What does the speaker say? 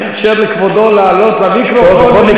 אני אאפשר לכבודו להעלות במיקרופון,